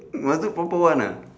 must do proper one uh